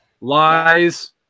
Lies